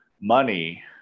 money